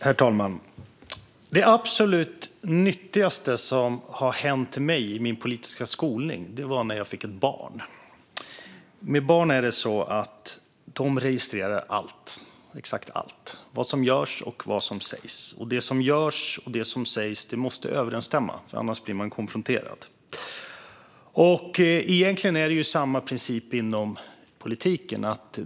Herr talman! Det absolut nyttigaste som har hänt mig i min politiska skolning var när jag fick ett barn. Barn registrerar exakt allt - vad som görs och vad som sägs - och det som görs och sägs måste stämma överens, annars blir man konfronterad. Egentligen är det samma princip inom politiken.